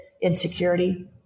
insecurity